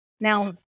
Now